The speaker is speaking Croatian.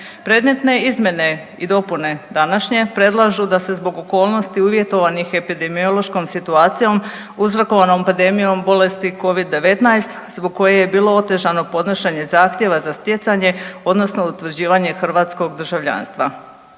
Predmetne izmjene i dopune današnje predlažu da se zbog okolnosti uvjetovanih epidemiološkom situacijom uzrokovanom pandemijom bolesti Covid-19 zbog koje je bilo otežano podnošenje zahtjeva za stjecanje odnosno utvrđivanje hrvatskog državljanstva.